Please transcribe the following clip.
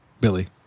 Billy